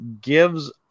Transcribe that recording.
gives